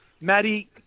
Maddie